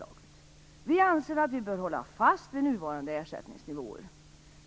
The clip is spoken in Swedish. Vi anser att vi bör hålla fast vid nuvarande ersättningsnivåer.